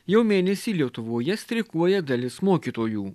jau mėnesį lietuvoje streikuoja dalis mokytojų